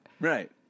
right